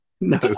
No